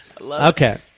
Okay